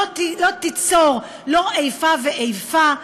ולא תיצור איפה ואיפה,